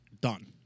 done